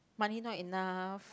money not enough